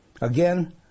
Again